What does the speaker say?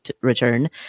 return